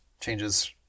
changes